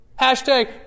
Hashtag